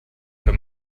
für